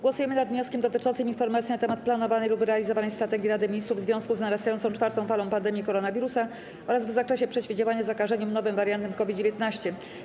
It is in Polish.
Głosujemy nad wnioskiem dotyczącym informacji na temat planowanej lub realizowanej strategii Rady Ministrów w związku z narastającą czwartą falą pandemii koronawirusa oraz w zakresie przeciwdziałania zakażeniom nowym wariantem COVID-19.